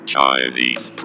Chinese